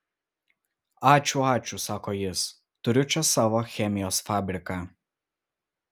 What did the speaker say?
ačiū ačiū sako jis turiu čia savo chemijos fabriką